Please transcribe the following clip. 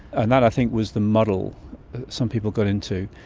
and that i think was the muddle that some people got into.